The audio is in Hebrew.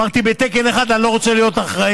אמרתי שבתקן אחד אני לא רוצה להיות אחראי,